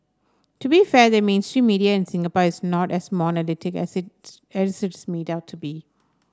to be fair the mainstream media in Singapore is not as monolithic as it's everything is made out to be